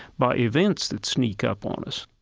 by events that sneak up on us